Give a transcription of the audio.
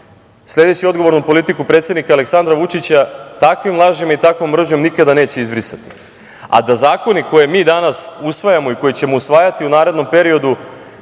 sledeći odgovornu politiku predsednika Aleksandra Vučića, takvim lažima i takvom mržnjom nikada neće izbrisati, a da zakoni koje mi danas usvajamo i koje ćemo usvajati u narednom periodu